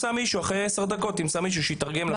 ואחרי עשר דקות תמצא מישהו שיתרגם לך,